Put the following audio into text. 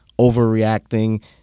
overreacting